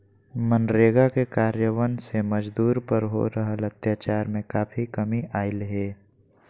मनरेगा के कार्यान्वन से मजदूर पर हो रहल अत्याचार में काफी कमी अईले हें